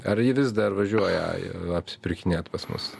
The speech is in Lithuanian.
ar jie vis dar važiuoja apsipirkinėt pas mus